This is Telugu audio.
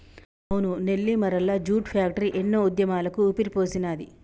అవును నెల్లిమరల్ల జూట్ ఫ్యాక్టరీ ఎన్నో ఉద్యమాలకు ఊపిరిపోసినాది